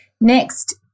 Next